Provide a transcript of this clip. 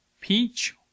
Peach